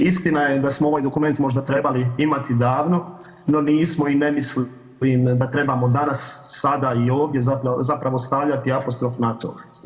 Istina je da smo ovaj dokument možda trebali imati davno, no nismo i ne mislim da trebamo danas sada i ovdje zapravo stavljati apostrof na to.